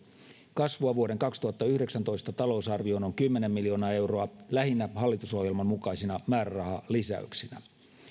kasvua vuoden kaksituhattayhdeksäntoista talousarvioon on kymmenen miljoonaa euroa lähinnä hallitusohjelman mukaisina määrärahalisäyksinä